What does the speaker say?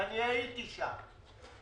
ואני הייתי שם,